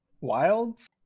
Wilds